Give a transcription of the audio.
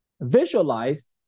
visualize